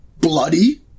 Bloody